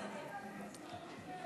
ועדת שרים.